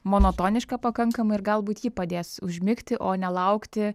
monotoniška pakankamai ir galbūt ji padės užmigti o ne laukti